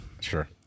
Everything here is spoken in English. Sure